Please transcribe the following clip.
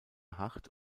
hart